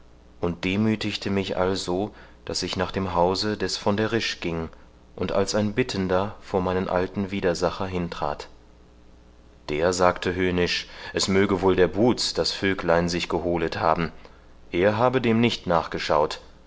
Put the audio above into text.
und demüthigte mich also daß ich nach dem hause des von der risch ging und als ein bittender vor meinen alten widersacher hintrat der sagte höhnisch es möge wohl der buhz das vöglein sich geholet haben er habe dem nicht nachgeschaut